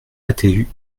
atu